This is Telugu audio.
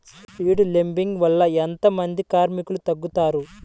సీడ్ లేంబింగ్ వల్ల ఎంత మంది కార్మికులు తగ్గుతారు?